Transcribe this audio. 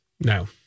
no